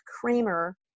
Kramer